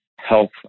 health